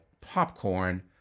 popcorn